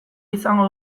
izango